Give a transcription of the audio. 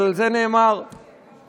אבל על זה נאמר, תודה.